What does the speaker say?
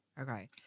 Okay